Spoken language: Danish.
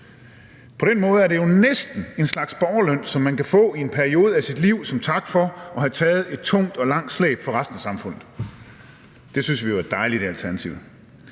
På den måde er det jo næsten en slags borgerløn, som man kan få i en periode af sit liv som tak for at have taget et tungt og langt slæb for resten af samfundet. Det synes vi jo i Alternativet